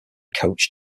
coach